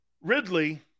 Ridley